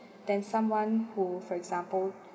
than someone who for example